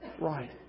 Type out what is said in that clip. right